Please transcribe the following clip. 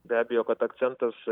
be abejo kad akcentas